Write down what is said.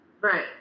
Right